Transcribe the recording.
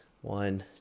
one